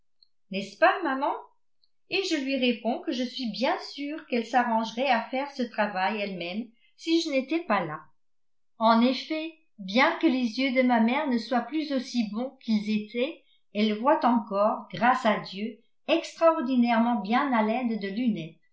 n'est-ce pas maman et je lui réponds que je suis bien sûre qu'elle s'arrangerait à faire ce travail elle-même si je n'étais pas là en effet bien que les yeux de ma mère ne soient plus aussi bons qu'ils étaient elle voit encore grâce à dieu extraordinairement bien à l'aide de lunettes